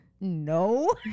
no